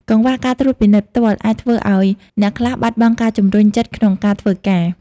កង្វះការត្រួតពិនិត្យផ្ទាល់ អាចធ្វើឱ្យអ្នកខ្លះបាត់បង់ការជំរុញចិត្តក្នុងការធ្វើការ។